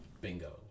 Bingo